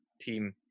team